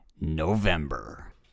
November